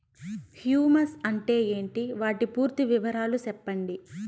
Humus అంటే ఏంటి? వాటి పూర్తి వివరాలు సెప్పండి?